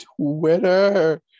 Twitter